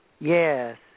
Yes